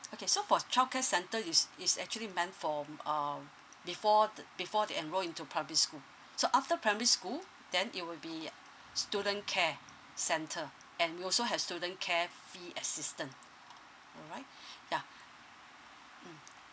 okay so for childcare centre is is actually meant for mm um before the before they enrol into primary school so after primary school then it will be student care centre and we also have student care fee assistance all right yeah mm